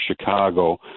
Chicago